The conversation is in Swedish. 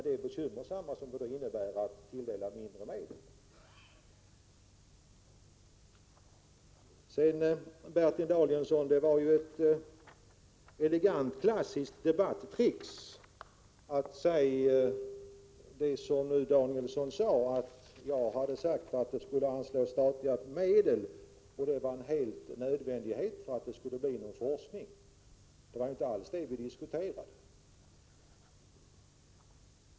Det bekymmersamma är den minskade tilldelningen av medel. Bertil Danielsson gjorde ett elegant, klassiskt debattrick, när han påstod att jag hade sagt att det skulle anslås statliga medel och att det var helt nödvändigt för forskningen. Det var inte alls det vi diskuterade.